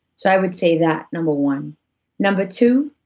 so i would say that, number one number two,